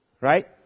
right